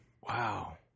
Wow